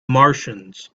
martians